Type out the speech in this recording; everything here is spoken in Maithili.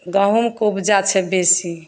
गहूॅंमके उपजा छै बेसी